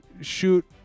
shoot